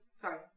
sorry